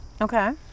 Okay